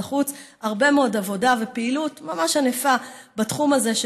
החוץ הרבה מאוד עבודה ופעילות ממש ענפה בתחום הזה,